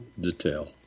detail